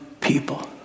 people